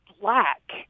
black